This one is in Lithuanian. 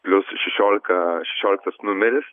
plius šešiolika šešioliktas numeris